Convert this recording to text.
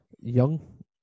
young